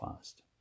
fast